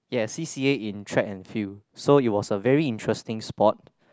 yes C_C_A in track and field so it was a very interesting sport